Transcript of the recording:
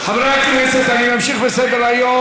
חברי הכנסת, אני ממשיך בסדר-היום.